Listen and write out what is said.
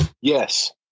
Yes